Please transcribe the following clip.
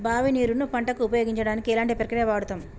బావి నీరు ను పంట కు ఉపయోగించడానికి ఎలాంటి ప్రక్రియ వాడుతం?